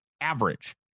average